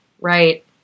right